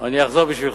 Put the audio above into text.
אני אחזור בשבילך.